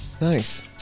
Nice